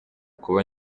kuba